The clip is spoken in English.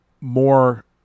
more